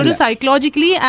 psychologically